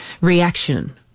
reaction